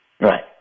Right